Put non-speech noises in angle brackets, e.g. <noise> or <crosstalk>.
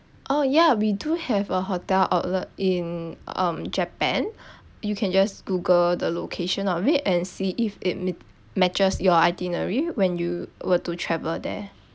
oh yeah we do have a hotel outlet in um japan <breath> you can just google the location of it and see if it ma~ matches your itinerary when you will to travel there